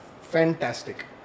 fantastic